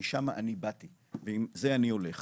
משמה אני באתי ועם זה אני הולך,